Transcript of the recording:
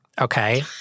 Okay